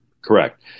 correct